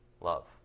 love